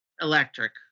electric